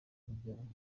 babyaranye